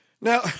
Now